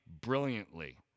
brilliantly